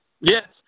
Yes